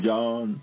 John